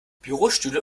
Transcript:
bürostühle